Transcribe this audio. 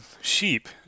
sheep